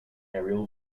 aerial